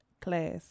Class